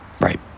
Right